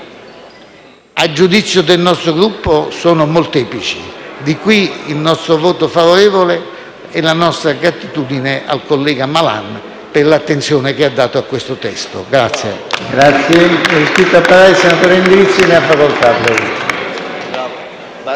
a giudizio del nostro Gruppo sono molteplici. Di qui, il nostro voto favorevole e la nostra gratitudine al collega Malan per l'attenzione che ha dato a questo testo. *(Applausi